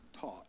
taught